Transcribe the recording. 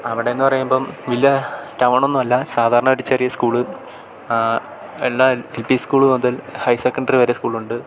അവിടെയെന്നു പറയുമ്പം വലിയ ടൗണൊന്നും അല്ല സാധാരണ ഒരു ചെറിയ സ്കൂൾ എല്ലാ എൽ പി സ്കൂൾ മുതൽ ഹയർ സെക്കൻഡറി വരെ സ്കൂളുണ്ട്